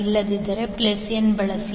ಇಲ್ಲದಿದ್ದರೆ n ಬಳಸಿ